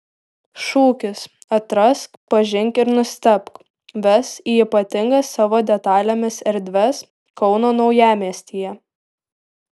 šūkis atrask pažink ir nustebk ves į ypatingas savo detalėmis erdves kauno naujamiestyje